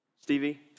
Stevie